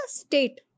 state